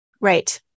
right